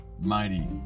mighty